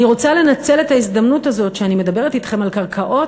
אני רוצה לנצל את ההזדמנות הזאת שאני מדברת אתכם על קרקעות,